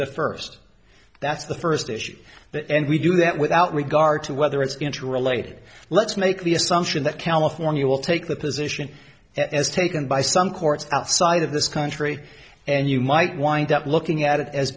the first that's the first issue that and we do that without regard to whether it's going to relate let's make the assumption that california will take the position that is taken by some courts outside of this country and you might wind up looking at it as